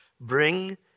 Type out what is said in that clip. bring